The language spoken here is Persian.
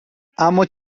اما